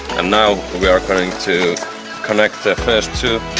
and now we are going to connect the first two.